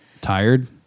Tired